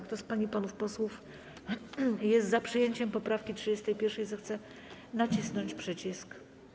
Kto z pań i panów posłów jest za przyjęciem poprawki 31., zechce nacisnąć przycisk.